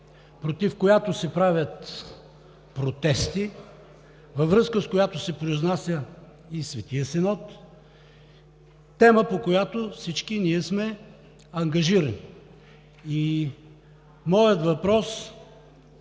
против която се правят протести, във връзка с която се произнесе и Светия Синод, тема, по която всички ние сме ангажирани. Няколко са въпросите